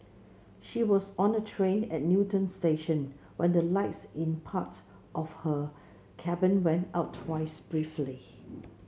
she was on a train at Newton station when the lights in part of her cabin went out twice briefly